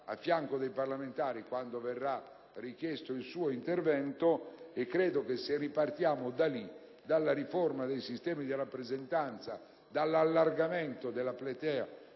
accanto ai parlamentari quando verrà richiesto il suo intervento. Credo che, se ripartiremo dalla riforma dei sistemi di rappresentanza e dall'allargamento della platea